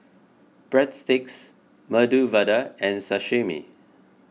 Breadsticks Medu Vada and Sashimi